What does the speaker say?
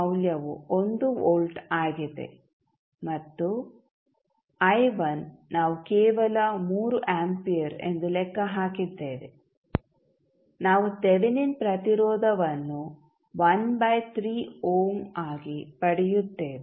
ಮೌಲ್ಯವು 1 ವೋಲ್ಟ್ ಆಗಿದೆ ಮತ್ತು ನಾವು ಕೇವಲ 3 ಆಂಪಿಯರ್ ಎಂದು ಲೆಕ್ಕ ಹಾಕಿದ್ದೇವೆ ನಾವು ತೆವೆನಿನ್ ಪ್ರತಿರೋಧವನ್ನು 1 ಬೈ 3 ಓಮ್ವಾಗಿ ಪಡೆಯುತ್ತೇವೆ